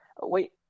wait